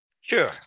Sure